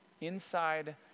inside